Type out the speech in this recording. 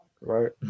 right